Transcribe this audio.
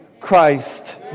Christ